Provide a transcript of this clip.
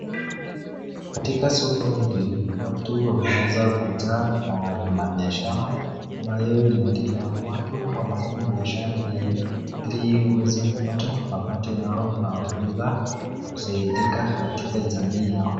Katika soko hili watu wameweza kujaa na kuna biashara ambayo inaendelea. Watu wanafanya biashara hii hili waweze kupata mapato yao na kuweza kusaidika katika jamii yao.